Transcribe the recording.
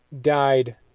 died